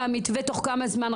בתוך כמה זמן המתווה?